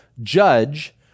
judge